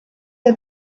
had